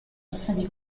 passati